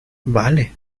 vale